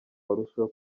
barusheho